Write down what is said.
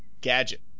Gadget